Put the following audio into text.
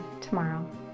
tomorrow